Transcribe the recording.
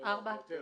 חמש?